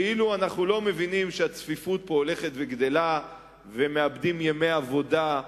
כאילו אנחנו לא מבינים שהצפיפות פה הולכת וגדלה ומאבדים ימי עבודה,